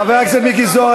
חבר הכנסת מיקי זוהר,